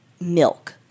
milk